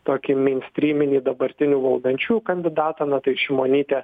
tokį meinstryminį dabartinių valdančiųjų kandidatą na tai šimonytė